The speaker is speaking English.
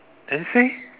then say